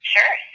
Sure